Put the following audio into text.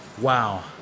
wow